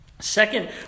Second